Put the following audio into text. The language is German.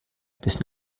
bis